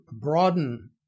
broaden